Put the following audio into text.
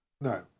No